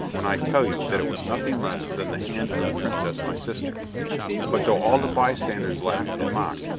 when i tell you that it was nothing less than the hand of the princess my sister but though all the bystanders laughed and mocked,